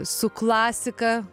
su klasika